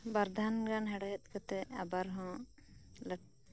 ᱵᱟᱨᱫᱷᱟᱱ ᱜᱟᱱ ᱦᱮᱸᱲᱦᱮᱫ ᱠᱟᱛᱮᱛ ᱟᱵᱟᱨ ᱦᱚᱸ ᱞᱟ